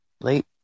late